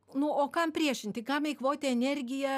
nu o kam priešinti kam eikvoti energiją